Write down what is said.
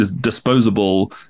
disposable